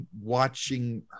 watching